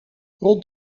rond